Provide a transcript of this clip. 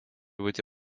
būti